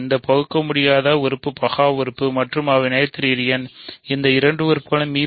எந்த பகுக்கமுடியாதது உறுப்பு பகா உறுப்பு மற்றும் அவை நொதீரியன் எந்த இரண்டு உறுப்புகளும் மி